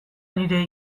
nire